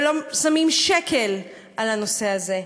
ולא שמים שקל לנושא הזה,